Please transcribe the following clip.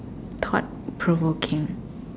thought provoking